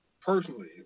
personally